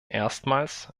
erstmals